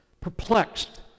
perplexed